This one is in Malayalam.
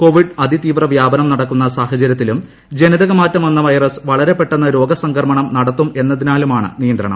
കോവിഡ് അതിതീവ്ര വ്യാപനം നടക്കുന്ന സാഹചരൃത്തിലും ജനിതകമാറ്റം വന്ന വൈറസ് വളരെ പ്പെട്ടന്ന് രോഗ സംക്രമണം നടത്തുമെന്നതിനാലുമാണ് നിയന്ത്രണം